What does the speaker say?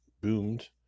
boomed